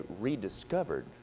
rediscovered